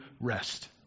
rest